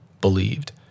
believed